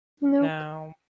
No